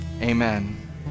amen